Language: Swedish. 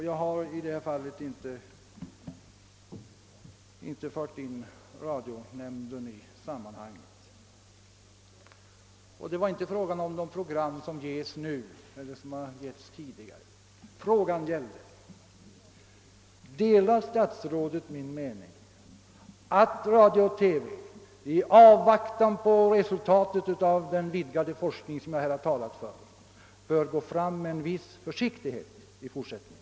Jag har i det här fallet inte fört in radio nämnden i sammanhanget. Det var inte heller fråga om program som ges nu eller som har getts tidigare. Frågan var: Delar statsrådet min mening att radio och TV, i avvaktan på resultatet av den vidgade forskning som jag här har talat för, bör gå fram med viss försiktighet i fortsättningen?